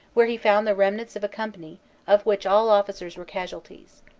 where he found the remnants of a company of which all officers were casualties.